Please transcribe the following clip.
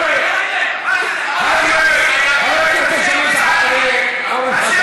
הרב אריה דרעי, הפחתה של מחירי המים, עלייה בשכר